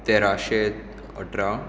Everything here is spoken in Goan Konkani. तेराशें अठरा